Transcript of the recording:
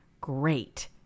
great